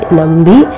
nambi